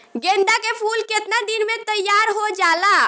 गेंदा के फूल केतना दिन में तइयार हो जाला?